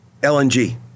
LNG